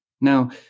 Now